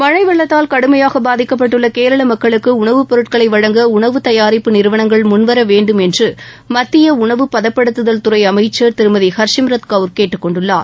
மழை வெள்ளத்தால் கடுமையாக பாதிக்கப்பட்டுள்ள கேரள மக்களுக்கு உணவுப் பொருட்களை வழங்க உணவு தயாரிப்பு நிறுவனங்கள் முன்வர வேண்டும் என்று மத்திய உணவு பதப்படுத்தும் துறை அமைச்சா் திருமதி ஹர்சிம்ரத் கவுர் கேட்டுக்கொண்டுள்ளார்